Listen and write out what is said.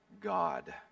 God